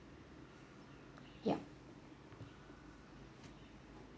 yup